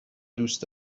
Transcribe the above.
دوست